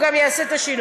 הוא גם יעשה את השינויים.